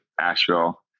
Asheville